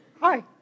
Hi